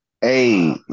Hey